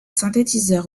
synthétiseur